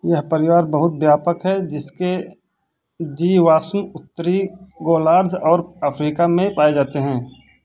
यह परिवार बहुत व्यापक है जिसके जीवाश्म उत्तरी गोलार्ध और अफ्रीका में पाए जाते हैं